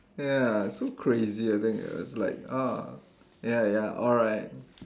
ya so crazy I think it's like ah ya ya alright